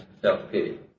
self-pity